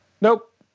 nope